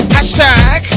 Hashtag